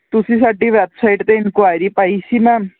ਤੁਸੀਂ ਸਾਡੀ ਵੈਬਸਾਈਟ 'ਤੇ ਇਨਕੁਆਇਰੀ ਪਾਈ ਸੀ ਮੈਮ